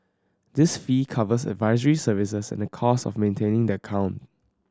this fee covers advisory services and the cost of maintaining the account